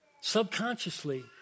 subconsciously